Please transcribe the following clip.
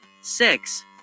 six